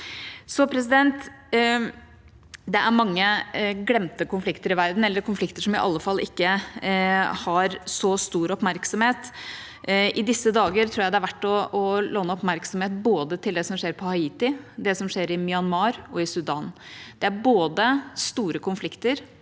være noe. Det er mange glemte konflikter i verden, eller konflikter som i alle fall ikke har så stor oppmerksomhet. I disse dager tror jeg det er verdt å låne oppmerksomhet både til det som skjer på Haiti, til det som skjer i Myanmar, og til det som skjer i Sudan. Det er både store konflikter,